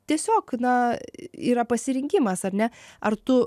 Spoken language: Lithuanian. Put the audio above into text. tiesiog na yra pasirinkimas ar ne ar tu